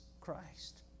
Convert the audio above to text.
Christ